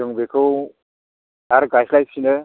जों बेखौ आरो गायस्लायफिनो